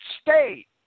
state